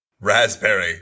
Raspberry